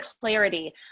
clarity